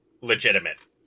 legitimate